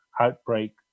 outbreak